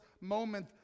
moment